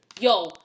Yo